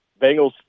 Bengals